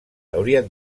haurien